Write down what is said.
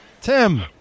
Tim